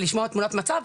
ולשמוע את תמונת המצב.